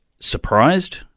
surprised